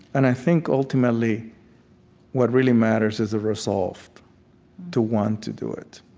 and i think ultimately what really matters is the resolve to want to do it,